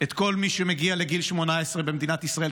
את כל מי שמגיע לגיל 18 במדינת ישראל,